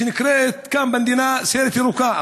שנקראת כאן במדינה "סיירת ירוקה",